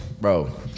bro